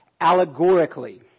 allegorically